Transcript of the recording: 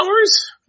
hours